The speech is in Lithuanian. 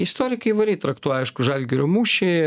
istorikai įvairiai traktuoja aišku žalgirio mūšį